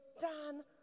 Dan